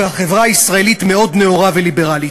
והחברה הישראלית מאוד נאורה וליברלית.